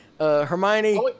Hermione